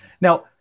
now